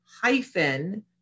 hyphen